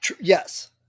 Yes